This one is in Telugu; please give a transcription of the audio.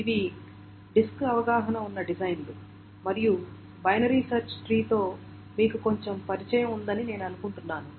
ఇవి డిస్క్ అవగాహన ఉన్న డిజైన్లు మరియు బైనరీ సెర్చ్ ట్రీ తో మీకు కొంచెం పరిచయం ఉందని నేను అనుకుంటున్నాను